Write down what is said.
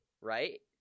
right